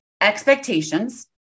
expectations